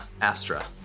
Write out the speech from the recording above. Astra